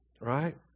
right